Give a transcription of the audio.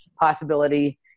possibility